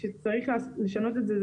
שצריך לשנות את זה.